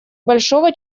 большого